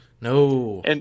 No